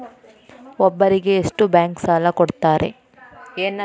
ಒಬ್ಬರಿಗೆ ಎಷ್ಟು ಬ್ಯಾಂಕ್ ಸಾಲ ಕೊಡ್ತಾರೆ?